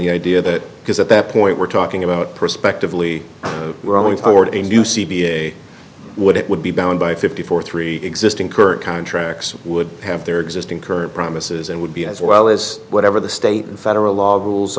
the idea that because at that point we're talking about prospectively we're only toward a new c b s would it would be bound by fifty four three existing current contracts would have their existing current promises and would be as well as whatever the state and federal law rules